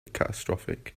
catastrophic